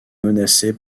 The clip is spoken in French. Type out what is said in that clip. menacée